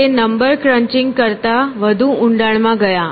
તે number crunching કરતા વધુ ઊંડાણમાં ગયા